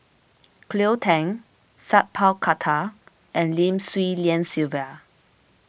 Cleo Thang Sat Pal Khattar and Lim Swee Lian Sylvia